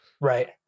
Right